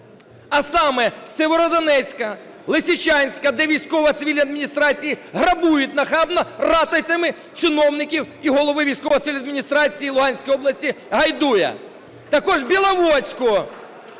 А саме: Сєвєродонецька, Лисичанська, де військово-цивільні адміністрації грабують нахабно ратицями чиновників і голову військово-цивільної адміністрації Луганської області Гайдая. Також Біловодську